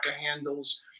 handles